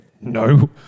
no